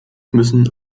müssen